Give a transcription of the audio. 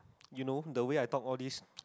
you know the way I talked all this